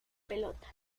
pelota